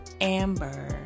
Amber